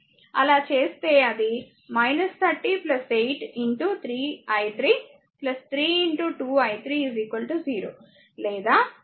అలా చేస్తే అది 30 8 3 i3 3 2 i3 0 లేదా 24 i3 6 i3 30 లేదా i3 1 ఆంపియర్